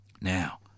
Now